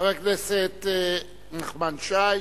חבר הכנסת נחמן שי,